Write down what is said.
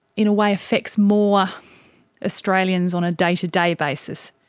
in a way, affects more australians on a day-to-day basis.